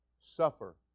suffer